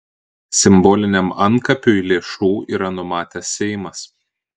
simboliniam antkapiui lėšų yra numatęs seimas